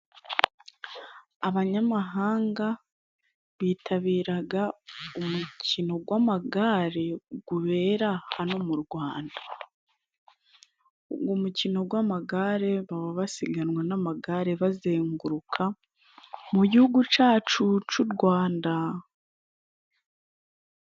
Abanyamahanga bitabiraga umukino gw'amagare gubera hano mu Rwanda. Umukino gw'amagare baba basiganwa n'amagare bazenguruka mu gihugu cacu c'u Rwanda.